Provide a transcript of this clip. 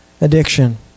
addiction